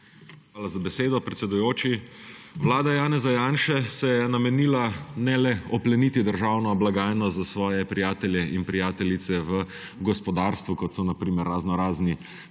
Hvala za besedo, predsedujoči. Vlada Janeza Janše se je namenila ne le opleniti državno blagajno za svoje prijatelje in prijateljice v gospodarstvu, kot so na primer raznorazni